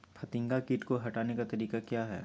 फतिंगा किट को हटाने का तरीका क्या है?